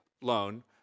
loan